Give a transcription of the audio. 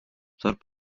tarp